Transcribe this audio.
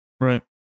right